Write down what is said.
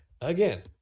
again